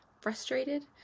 frustrated